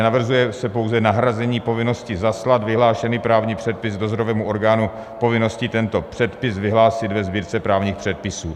Navrhuje se pouze nahrazení povinnosti zaslat vyhlášený právní předpis dozorovému orgánu povinností tento předpis vyhlásit ve Sbírce právních předpisů.